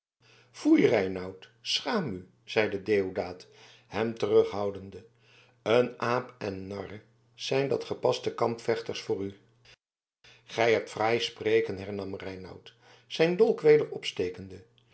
foei reinout schaam u zeide deodaat hem terughoudende een aap en een nar zijn dat gepaste kampvechters voor u gij hebt fraai spreken hernam reinout zijn dolk weder opstekende